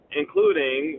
including